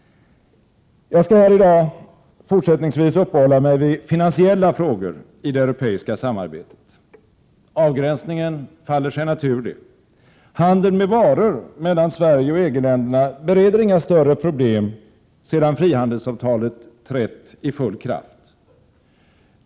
Jag skall här i dag fortsättningsvis uppehålla mig vid finansiella frågor i det europeiska samarbetet. Avgränsningen faller sig naturlig. Handeln med varor mellan Sverige och EG-länderna bereder inga större problem sedan frihandelsavtalet trätt i full kraft.